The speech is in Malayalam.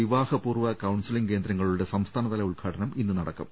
വിവാഹപൂർവ കൌൺസിലിംഗ് കേന്ദ്രങ്ങളുടെ സംസ്ഥാനതല ഉദ്ഘാടനം ഇന്ന് നടക്കും